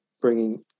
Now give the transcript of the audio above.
bringing